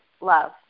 love